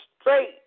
straight